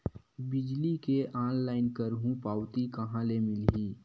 बिजली के ऑनलाइन करहु पावती कहां ले मिलही?